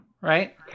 Right